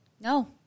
No